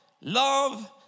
love